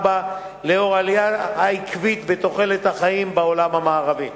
לאור העלייה העקבית בתוחלת החיים בעולם המערבי.